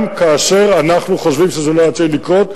גם כאשר אנחנו חושבים שזה לא היה צריך לקרות,